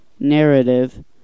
Narrative